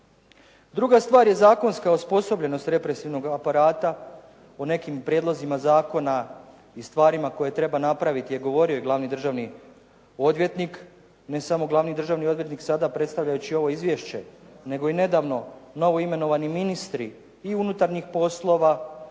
Druga stvar je zakonska osposobljenost represivnog aparata u nekim prijedlozima zakona i stvarima koje treba napraviti je govorio i glavni državni odvjetnik, ne samo glavni državni odvjetnik sada predstavljajući ovo izvješće, nego i nedavno novoimenovani ministri i unutarnjih poslova